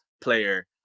player